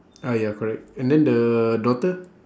ah ya correct and then the daughter